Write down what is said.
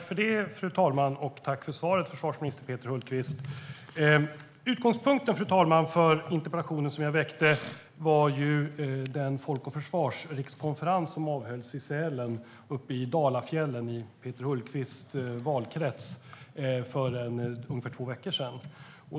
Fru talman! Tack för svaret, försvarsminister Peter Hultqvist! Utgångspunkten, fru talman, för interpellationen som jag väckte var Folk och Försvars rikskonferens i Sälen uppe i Dalafjällen, i Peter Hultqvists valkrets, för ungefär två veckor sedan.